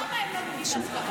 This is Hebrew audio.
הו, למה הם לא מגיעים להסכמה?